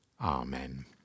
Amen